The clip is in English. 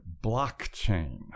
blockchain